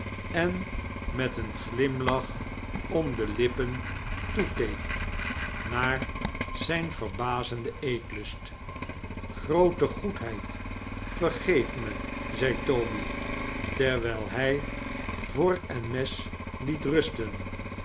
en met een glimlach om de lippen toekeek naar zijn verbazenden eetlust groote goedheid vergeef me zei toby terwijl hij vork en mes liet rusten